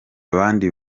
abandi